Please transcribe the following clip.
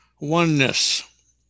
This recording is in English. oneness